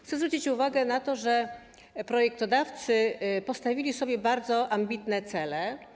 Chcę zwrócić uwagę na to, że projektodawcy postawili sobie bardzo ambitne cele.